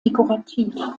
dekorativ